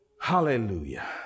Hallelujah